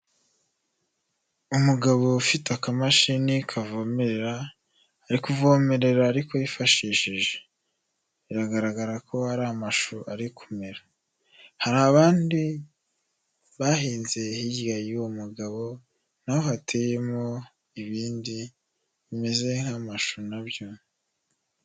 Umugabo ufite akamashini kavomerera ari kuvomerera ari ko yifashishije, biragaragara ko hari amashusho ari kumera, hari abandi bahinze hirya y'uwo mugabo naho hateyemo ibindi bimeze nk'amashu nabyo.